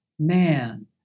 Man